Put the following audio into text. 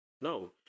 No